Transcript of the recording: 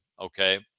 Okay